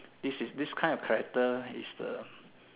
this is this kind of character is the